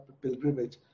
pilgrimage